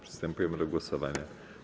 Przystępujemy do głosowania.